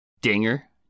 Dinger